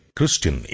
Christian